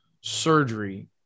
surgery